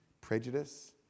prejudice